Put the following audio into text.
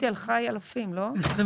אנחנו נגיד